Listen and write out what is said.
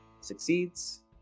succeeds